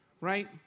Right